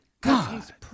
God